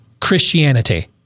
Christianity